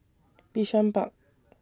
Bishan Park